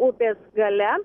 upės gale